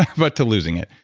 but to losing it?